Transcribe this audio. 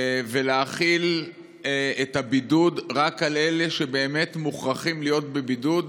ולהחיל את הבידוד רק על אלה שבאמת מוכרחים להיות בבידוד,